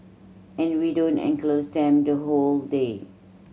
and we don't enclose them the whole day